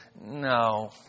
No